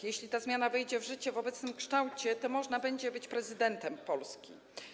Jeśli ta zmiana wejdzie w życie w obecnym kształcie, to można będzie być prezydentem Polski.